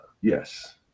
Yes